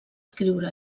escriure